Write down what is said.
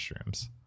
mushrooms